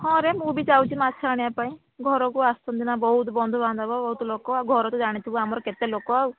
ହଁ ରେ ମୁଁ ବି ଯାଉଛି ମାଛ ଆଣିବା ପାଇଁ ଘରକୁ ଆସିଛନ୍ତି ନା ବହୁତ ବନ୍ଧୁବାନ୍ଧବ ବହୁତ ଲୋକ ଘର ତ ଜାଣିଥିବୁ ଆମର କେତେ ଲୋକ ଆଉ